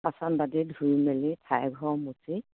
বাচন বাতি ধুই মেলি ঠাই ঘৰ মুচি